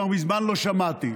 כל הממשלה הזאת היא אי-דיוקים.